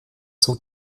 zog